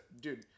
dude